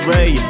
Ray